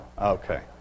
okay